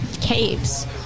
caves